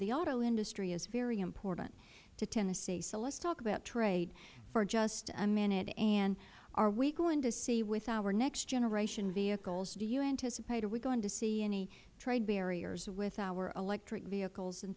the auto industry is very important to tennessee so let us talk about trade for just a minute and are we going to see with our next generation vehicles do you anticipate are we going to see any trade barriers with our electric vehicles and